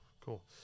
Cool